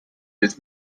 bis